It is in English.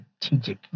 Strategic